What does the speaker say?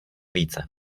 více